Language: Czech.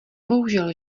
bohužel